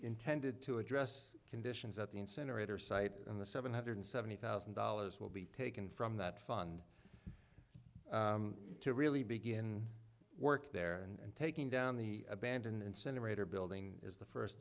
intended to address conditions at the incinerator site and the seven hundred seventy thousand dollars will be taken from that fund to really begin work there and taking down the abandoned incinerator building is the first